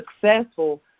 successful